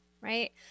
right